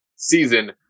season